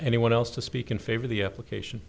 anyone else to speak in favor the application